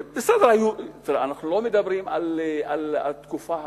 אנחנו לא מדברים על התקופה האחרונה,